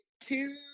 two